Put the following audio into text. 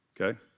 okay